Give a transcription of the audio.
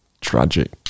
tragic